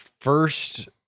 first